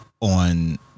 on